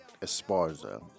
Esparza